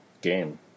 game